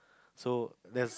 so then